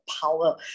power